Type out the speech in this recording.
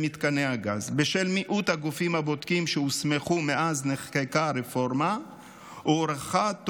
מיעוט הגופים הבודקים שהוסמכו מאז נחקקה הרפורמה הוארך שלוש